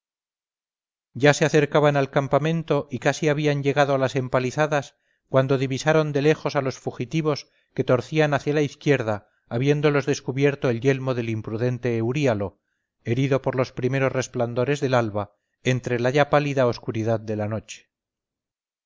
ya se acercaban al campamento y casi habían llegado a las empalizadas cuando divisaron de lejos a los fugitivos que torcían hacia la izquierda habiéndolos descubierto el yelmo del imprudente euríalo herido por los primeros resplandores del alba entre la ya pálida oscuridad de la noche